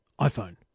iPhone